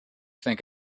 think